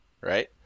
right